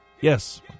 Yes